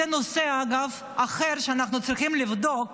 אגב, זה נושא אחר שאנחנו צריכים לבדוק,